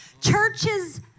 churches